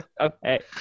Okay